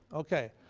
okay,